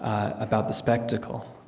ah about the spectacle.